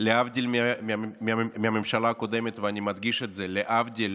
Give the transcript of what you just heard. להבדיל מהממשלה הקודמת, ואני מדגיש את זה, להבדיל